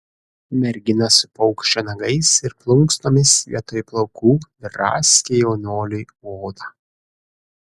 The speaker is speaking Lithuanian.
mergina su paukščio nagais ir plunksnomis vietoj plaukų draskė jaunuoliui odą